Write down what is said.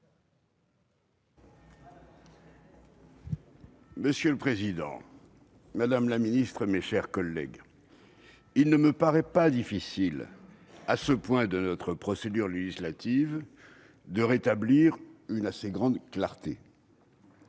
Monsieur le président, madame la ministre, mes chers collègues, il ne me paraît pas difficile, à ce stade de la procédure législative, de rétablir les bases du débat